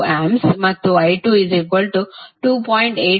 2A ಮತ್ತು i22